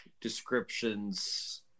descriptions